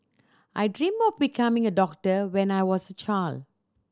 I dreamt of becoming a doctor when I was a child